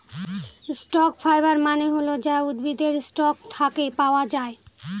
stock fibre মানে হল যা উদ্ভিদের স্টক থাকে পাওয়া যায়